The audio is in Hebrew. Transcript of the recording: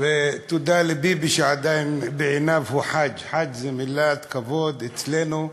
ותודה לביבי שעדיין בעיניו הוא חאג' חאג' זה מילת כבוד אצלנו,